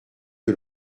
que